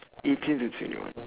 eighteen to twenty one